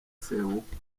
sebukwe